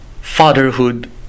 fatherhood